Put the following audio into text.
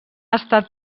estat